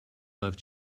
love